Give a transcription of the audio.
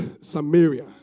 Samaria